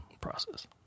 process